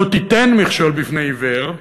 לא תיתן מכשול בפני עיוור,